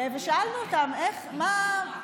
ושאלנו אותם: איך, מה,